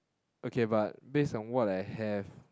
okay but based on what I have